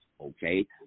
okay